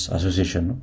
Association